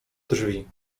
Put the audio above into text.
drzwi